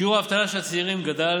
שיעור האבטלה של הצעירים גדל